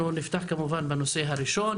אנחנו נפתח בנושא הראשון,